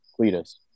Cletus